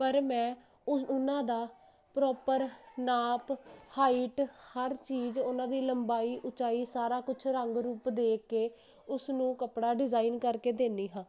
ਪਰ ਮੈਂ ਉਹਨਾਂ ਦਾ ਪ੍ਰੋਪਰ ਨਾਪ ਹਾਈਟ ਹਰ ਚੀਜ਼ ਉਹਨਾਂ ਦੀ ਲੰਬਾਈ ਉਚਾਈ ਸਾਰਾ ਕੁਝ ਰੰਗ ਰੂਪ ਦੇਖ ਕੇ ਉਸਨੂੰ ਕੱਪੜਾ ਡਿਜ਼ਾਇਨ ਕਰਕੇ ਦੇਨੀ ਹਾਂ